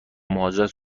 مهاجرت